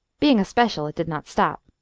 being a special, it did not stop.